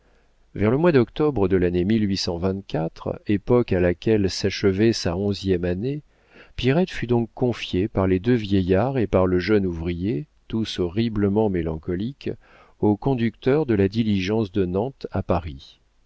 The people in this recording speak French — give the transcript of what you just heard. vers le mois d'octobre de l'année époque à laquelle s'achevait sa onzième année pierrette fut donc confiée par les deux vieillards et par le jeune ouvrier tous horriblement mélancoliques au conducteur de la diligence de nantes à paris